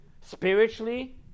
spiritually